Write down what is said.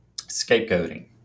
scapegoating